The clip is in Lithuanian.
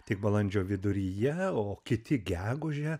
tik balandžio viduryje o kiti gegužę